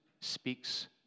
speaks